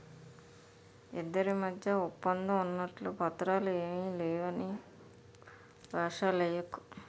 ఇద్దరి మధ్య ఒప్పందం ఉన్నట్లు పత్రాలు ఏమీ లేవని ఏషాలెయ్యకు